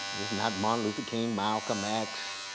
it's not martin luther king, malcolm x,